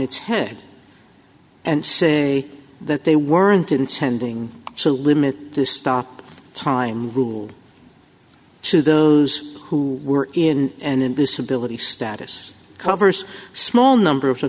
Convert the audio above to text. its head and say that they weren't intending to limit the stop time rule to those who were in an invisibility status covers small number of